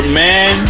man